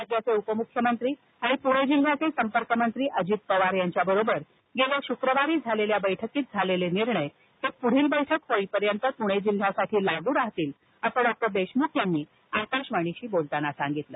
राज्याचे उपमूख्यमंत्री आणि पुणे जिल्ह्याचे संपर्कमंत्री अजित पवार यांच्याबरोबर गेल्या शुक्रवारी झालेल्या बैठकीत झालेले निर्णय हे पुढील बैठक होईपर्यंत पूणे जिल्ह्यासाठी लागू राहतील असं डॉक्टर देशमुख यांनी आकाशवाणीशी बोलताना सांगितलं